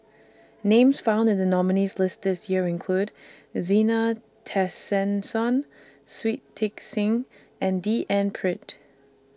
Names found in The nominees' list This Year include Zena Tessensohn Shui Tit Sing and D N Pritt